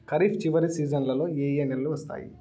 ఖరీఫ్ చివరి సీజన్లలో ఏ ఏ నెలలు వస్తాయి